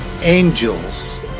angels